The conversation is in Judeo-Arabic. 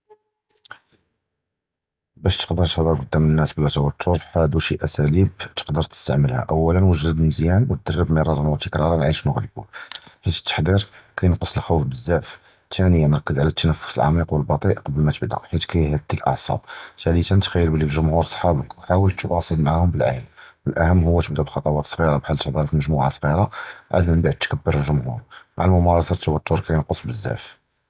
בַּשּׁ תְּקַדֵּר תְּהַדַּר קְדַאם הַנָּאס בְּלַא תּוּתֵר הָדּוּ שִׁי אֻסְלּוּבִּים תְּקַדֵּר תִּסְתַּעְמַלְהוּם, אוּלָא וַחְד מְזִיּאַנָה וְדַרְבּ מְרַרָא וְתִקְרַרָא מִבְעֵדַאש נְקַדְּמוּ, כִּיַּא הַתַּחְדִּיר כִּינְקֵס הַחוּף בְּזַבַּא, תִּנִיָּאן תְּרַכֵּז עַל הַתְּנַפָּס הַעָמִיק וְהַבַּטִּיְא כִּיַּא יְהַדִּי הַאֻעְסַאבּ, תִּלְתִּיָּאן אִתְחַיַּל בְּלִי לַג'וּמוּעְר אֻסְחַאבְכּ וְחַאֻל תִּתְוַاصַל מַעַהוּם בְּלְעַיִן, וְהָאֻכְּתִּר תִּבְדָא בְּחֻקוּט סְגִירָה בְּחָאל תְּהַדַּר פִי מְגַ'מוּעַ סְגִירָה וַעַד מִבְעָד תִּכְּבַּר הַלַּג'וּמוּעְר, מַעַ הַמֻּמַארַסָה הַתוּתֵר כִּינְקֵס בְּזַבַּא.